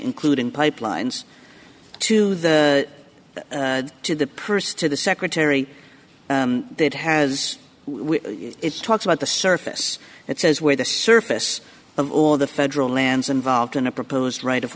including pipelines to the to the purse to the secretary it has it's talk about the surface it says where the surface of or the federal lands involved in a proposed right of